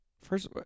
first